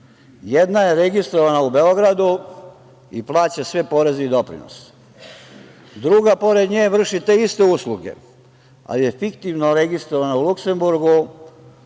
Jedna je registrovana u Beogradu i plaća sve poreze i doprinose. Druga pored nje vrši te iste usluge, ali je fiktivno registrovana u Luksemburgu,